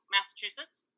Massachusetts